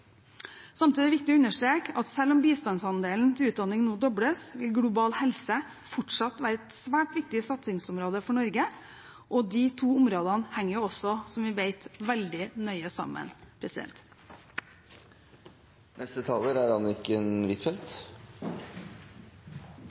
Samtidig er det viktig å understreke at selv om bistandsandelen til utdanning nå dobles, vil global helse fortsatt være et svært viktig satsingsområde for Norge, og de to områdene henger jo også, som vi vet, veldig nøye sammen.